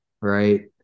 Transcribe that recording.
Right